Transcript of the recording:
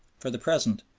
for the present,